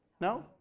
No